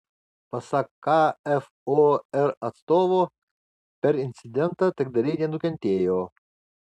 pasak kfor atstovo per incidentą taikdariai nenukentėjo